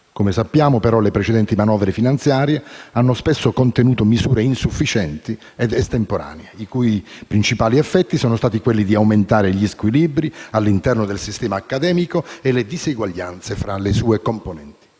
Come sappiamo, però, le precedenti manovre finanziarie hanno spesso contenuto misure insufficienti ed estemporanee, i cui principali effetti sono stati quelli di aumentare gli squilibri all'interno del sistema accademico e le disuguaglianze fra le sue componenti.